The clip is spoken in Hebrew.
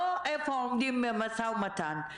לא איפה עומדים במשא-ומתן.